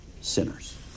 sinners